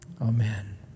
Amen